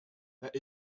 that